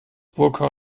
burka